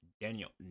Daniel